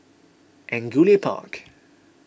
Angullia Park